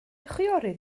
chwiorydd